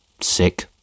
Sick